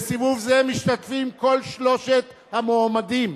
בסיבוב זה משתתפים כל שלושת המועמדים,